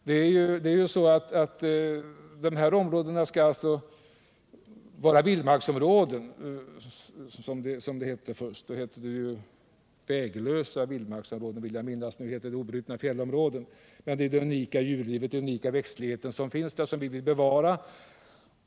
De här områdena skall alltså vara vildmarksområden, som det hette först. Då kallades de väglösa vildmarksområden, vill jag minnas — nu heter det obrutna fjällområden. Det är det unika djurlivet och den unika växtligheten där som vi vill bevara.